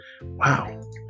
Wow